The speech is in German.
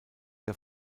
der